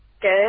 Good